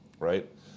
Right